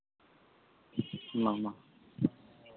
ᱢᱟ ᱢᱟ